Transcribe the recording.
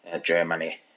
Germany